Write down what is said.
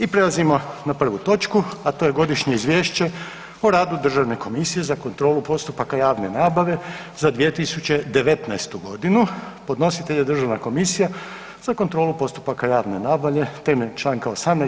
I prelazimo na prvu točku, a to je: - Godišnje izvješće o radu Državne komisije za kontrolu postupaka javne nabave za 2019.g. Podnositelj je Državna komisija za kontrolu postupaka javne nabave temeljem čl. 18.